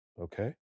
Okay